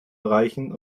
erreichen